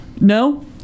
No